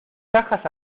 cajas